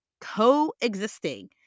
coexisting